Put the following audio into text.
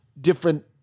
different